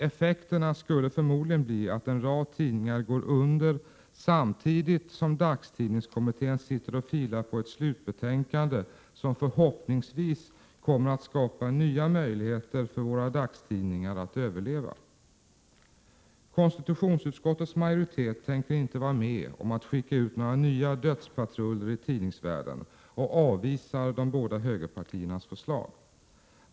Effekterna skulle bli att en rad tidningar går under samtidigt som dagstidningskommittén sitter och filar på ett slutbetänkande, som förhoppningsvis kommer att skapa nya möjligheter för våra dagstidningar att överleva. Konstitutionsutskottets majoritet tänker inte vara med om att skicka ut några nya dödspatruller i tidningsvärlden och avvisar de båda högerpartiernas förslag.